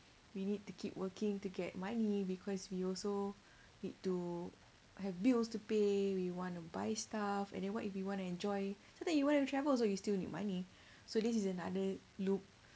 we need to keep working to get money because we also need to have bills to pay we want to buy stuff and then what if you want to enjoy so that you want to travel also you still need money so this is another loop